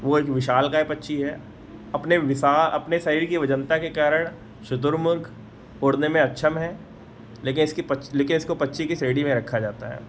वह एक विशालकाय पक्षी है अपने विशा अपने शरीर की वजनता के कारण शुतुरमुर्ग उड़ने में अक्षम हैं लेकिन इसकी लेकिन इसको पक्षी की श्रेणी में रखा जाता है